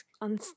on